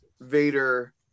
Vader